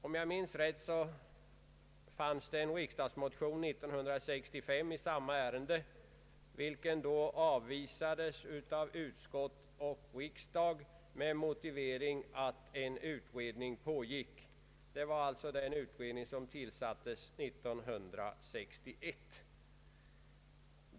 Om jag minns rätt fanns år 1965 en riksdagsmotion i samma ärende vilken då avvisades av utskott och riksdag med motiveringen att en utredning pågick. Det var alltså den utredning som tillsattes år 1961.